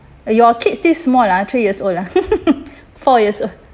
uh your kids this small ah three years old ah four years